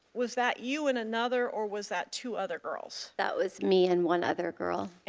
was that you and another? or was that two other girls? that was me and one other girl.